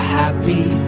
happy